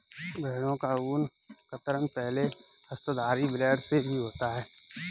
भेड़ों का ऊन कतरन पहले हस्तधारी ब्लेड से भी होता है